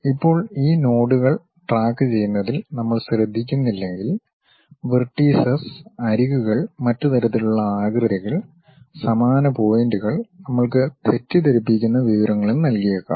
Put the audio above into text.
ഇപ്പോൾ ഈ നോഡുകൾ ട്രാക്കു ചെയ്യുന്നതിൽ നമ്മൾ ശ്രദ്ധിക്കുന്നില്ലെങ്കിൽ വെർട്ടീസസ് അരികുകൾ മറ്റ് തരത്തിലുള്ള ആകൃതികൾ സമാന പോയിന്റുകൾ നമ്മൾക്ക് തെറ്റിദ്ധരിപ്പിക്കുന്ന വിവരങ്ങളും നൽകിയേക്കാം